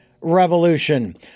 revolution